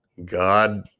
God